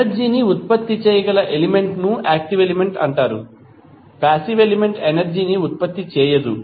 energy ని ఉత్పత్తి చేయగల ఎలిమెంట్ ను యాక్టివ్ ఎలిమెంట్ అంటారు పాసివ్ ఎలిమెంట్ ఎనర్జీ ని ఉత్పత్తి చేయదు